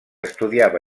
estudiava